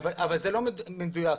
זה לא מדוייק.